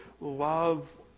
love